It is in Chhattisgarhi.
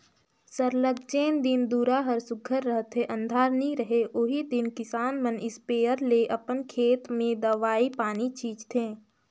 सरलग जेन दिन दुरा हर सुग्घर रहथे अंधार नी रहें ओही दिन किसान मन इस्पेयर ले अपन खेत में दवई पानी छींचथें